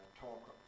talk